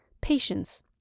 patience